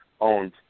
owned